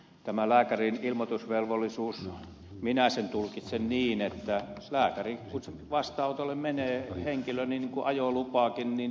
tämän lääkärin ilmoitusvelvollisuuden minä tulkitsen niin että lääkärin vastaanotolle kun menee henkilö niin menetellään metsästysoikeuden kohdalla niin kuin ajoluvassakin